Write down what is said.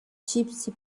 gypsy